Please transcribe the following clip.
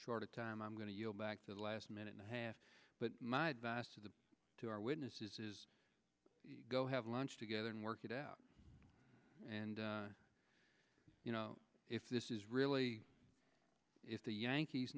short of time i'm going to yield back to the last minute and a half but my advice to the to our witnesses is go have lunch together and work it out and you know if this is really is the yankees